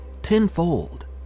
Tenfold